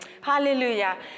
Hallelujah